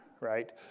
right